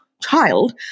child